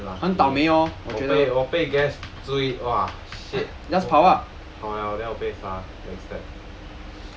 bro un~ unlucky 我被我被 gas 追哇 shit 跑了 then 我被杀 backstab